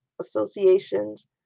associations